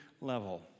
level